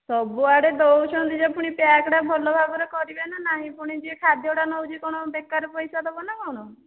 ସବୁଆଡ଼େ ଦେଉଛନ୍ତି ଯେ ପୁଣି ପ୍ୟାକ୍ଟା ଭଲ ଭାବରେ କରିବେ ନା ନାହିଁ ପୁଣି ଯିଏ ଖାଦ୍ୟଟା ନେଉଛି କଣ ବେକାର ପଇସା ଦେବ ନା କଣ